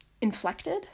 inflected